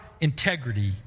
integrity